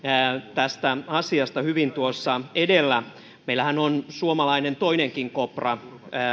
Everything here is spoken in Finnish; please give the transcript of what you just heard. tästä asiasta hyvin tuossa edellä meillähän on suomalainen toinenkin kopra